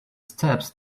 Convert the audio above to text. steps